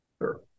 sure